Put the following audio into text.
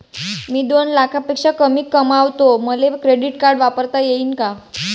मी दोन लाखापेक्षा कमी कमावतो, मले क्रेडिट कार्ड वापरता येईन का?